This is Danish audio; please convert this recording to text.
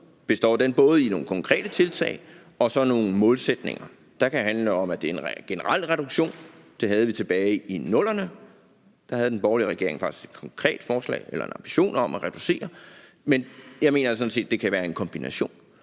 både bestå i nogle konkrete tiltag og i nogle målsætninger, der kan handle om, at det skal være en generel reduktion – det havde vi tilbage i 00'erne; der havde den daværende borgerlige regering sådan set et konkret forslag eller en ambition om at reducere det. Men jeg mener sådan set, at det kan være en kombination,